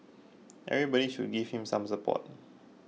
everybody should just give him some support